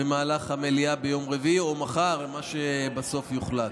במהלך המליאה ביום רביעי או מחר, מה שבסוף יוחלט.